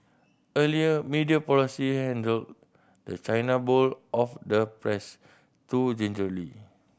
earlier media policy handled the china bowl of the press too gingerly